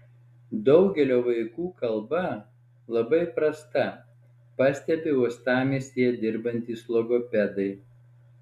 daugelio vaikų kalba labai prasta pastebi uostamiestyje dirbantys logopedai